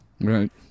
right